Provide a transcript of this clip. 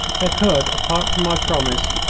there could, apart from my promise,